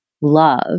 love